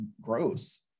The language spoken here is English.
gross